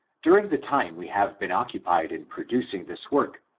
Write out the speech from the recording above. during the time we have been occupied in pro ducing this work,